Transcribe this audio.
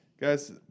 Guys